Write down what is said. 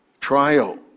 trial